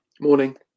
Morning